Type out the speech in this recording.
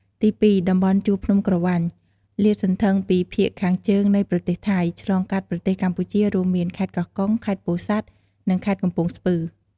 ទីពីរ តំបន់ជួរភ្នំក្រវាញ លាតសន្ធឹងពីភាគខាងជើងនៃប្រទេសថៃ ឆ្លងកាត់ប្រទេសកម្ពុជា រួមមាន ខេត្តកោះកុង ខេត្តពោធិ៍សាត់ និងខេត្តកំពង់ស្ពឺ។